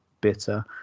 bitter